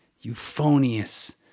euphonious